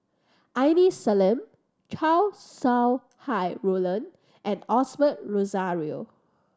Aini Salim Chow Sau Hai Roland and Osbert Rozario